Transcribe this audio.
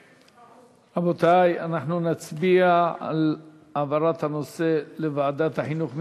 רבותי, אנחנו נצביע על העברת הנושא לוועדת החינוך.